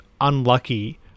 unlucky